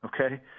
okay